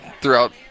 throughout